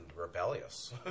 rebellious